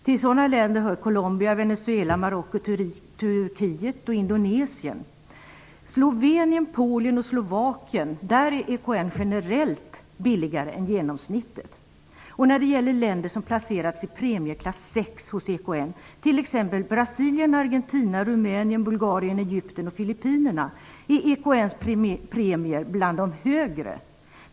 Till sådana länder hör Colombia, Slovenien, Polen och Slovakien är EKN generellt billigare än genomsnittet. När det gäller länder som placerats i premieklass 6 hos EKN, t.ex. Brasilien, Filippinerna är EKN:s premier bland de högre.